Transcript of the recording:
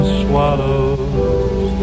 swallows